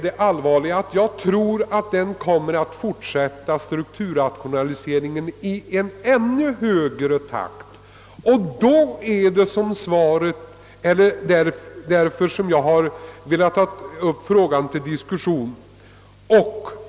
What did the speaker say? Det allvarliga är dock att strukturrationaliseringen troligen kommer att fortsätta i ännu snabbare takt, och detta är anledningen till att jag velat diskutera saken här.